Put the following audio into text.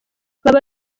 baba